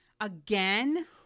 Again